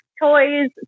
toys